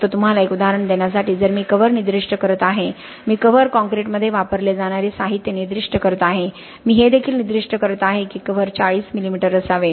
फक्त तुम्हाला एक उदाहरण देण्यासाठी जर मी कव्हर निर्दिष्ट करत आहे मी कव्हर कॉंक्रिटमध्ये वापरले जाणारे साहित्य निर्दिष्ट करत आहे मी हे देखील निर्दिष्ट करत आहे की कव्हर 40 मिलीमीटर असावे